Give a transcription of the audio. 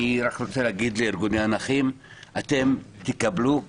אני רק רוצה להגיד לארגוני הנכים - אתם תקבלו,